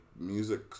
music